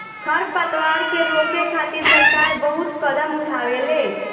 खर पतवार के रोके खातिर सरकार बहुत कदम उठावेले